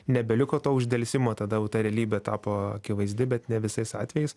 nebeliko to uždelsimo tada jau ta realybė tapo akivaizdi bet ne visais atvejais